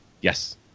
yes